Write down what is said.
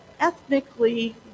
ethnically